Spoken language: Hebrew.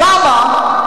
למה?